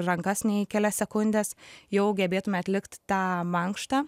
rankas nei kelias sekundes jau gebėtume atlikt tą mankštą